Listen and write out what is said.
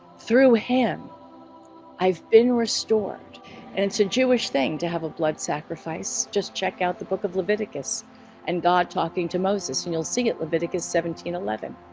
through, him i've been restored and it's a jewish thing to have a blood sacrifice just check out the book of leviticus and god talking to moses and you'll see it leviticus seventeen eleven